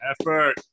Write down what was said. Effort